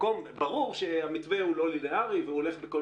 ברור שהמתווה הוא לא לינארי והוא הולך בכל